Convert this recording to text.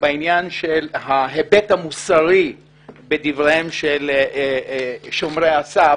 בעניין של ההיבט המוסרי בדבריהם של שומרי הסף.